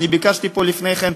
ביקשתי פה לפני כן,